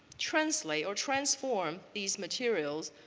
translate or transform these materials